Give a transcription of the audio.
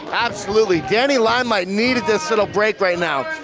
absolutely, danny limelight needed this little break right now.